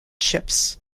ships